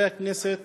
חברי הכנסת,